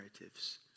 narratives